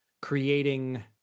creating